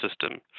system